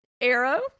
Arrow